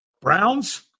Browns